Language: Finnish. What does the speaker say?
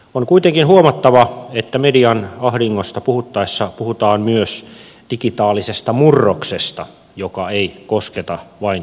on kuitenkin huomattava että median ahdingosta puhuttaessa puhutaan myös digitaalisesta murroksesta joka ei kosketa vain suomea